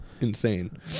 insane